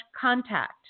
contact